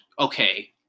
okay